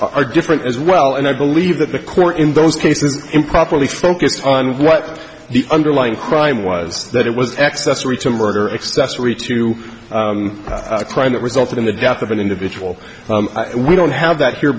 are different as well and i believe that the court in those cases improperly focused on what the underlying crime was that it was accessory to murder accessory to a crime that resulted in the death of an individual and we don't have that here